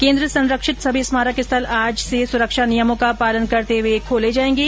केन्द्र संरक्षित सभी स्मारक स्थल आज से सुरक्षा नियमों का पालन करते हुए खोले जायेंगे